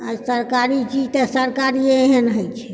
सरकारी चीज तऽ सरकारिए एहन होइत छै